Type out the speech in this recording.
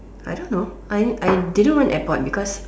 I don't know I I didn't want airport because